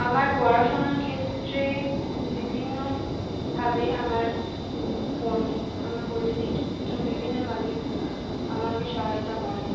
আমার পড়াশুনোর ক্ষেত্রে বিভিন্নভাবে আমার ফোন আমার বৈদ্যুতিক যন্ত্র বিভিন্নভাবে আমাকে সহায়তা করে